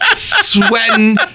Sweating